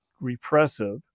repressive